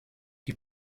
die